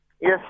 Yes